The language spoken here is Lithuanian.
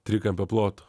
trikampio ploto